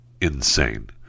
insane